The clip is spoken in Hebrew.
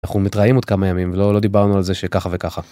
אנחנו מתראים עוד כמה ימים, לא-לא דיברנו על זה שככה וככה.